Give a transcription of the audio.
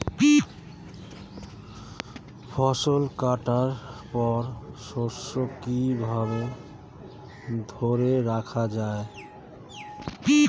ফসল কাটার পর শস্য কিভাবে ধরে রাখা য়ায়?